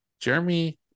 jeremy